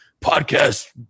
podcast